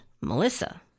Melissa